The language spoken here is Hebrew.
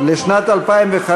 לשנת 2015